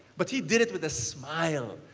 but he did it with a smile.